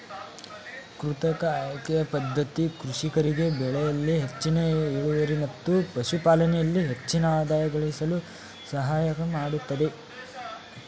ಕೃತಕ ಆಯ್ಕೆಯ ಪದ್ಧತಿ ಕೃಷಿಕರಿಗೆ ಬೆಳೆಯಲ್ಲಿ ಹೆಚ್ಚಿನ ಇಳುವರಿ ಮತ್ತು ಪಶುಪಾಲನೆಯಲ್ಲಿ ಹೆಚ್ಚಿನ ಆದಾಯ ಗಳಿಸಲು ಸಹಾಯಮಾಡತ್ತದೆ